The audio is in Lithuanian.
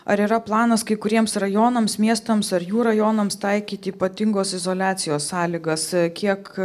ar yra planas kai kuriems rajonams miestams ar jų rajonams taikyti ypatingos izoliacijos sąlygas kiek